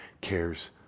cares